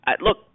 look